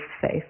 safe